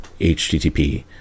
HTTP